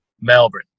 Melbourne